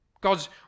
God's